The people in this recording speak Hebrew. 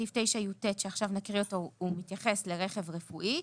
סעיף 9יט שעכשיו נקריא אותו מתייחס לרכב רפואי.